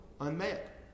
unmet